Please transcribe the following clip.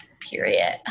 period